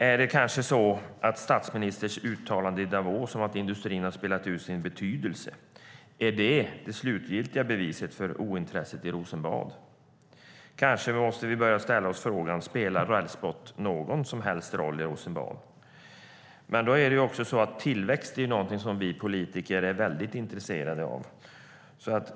Är kanske statsministerns uttalande i Davos om att industrin har spelat ut sin betydelse det slutgiltiga beviset för ointresset i Rosenbad? Kanske måste vi börja ställa oss frågan: Spelar rälsbrott någon som helst roll i Rosenbad? Tillväxt är något som vi politiker är mycket intresserade av.